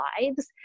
lives